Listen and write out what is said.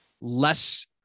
less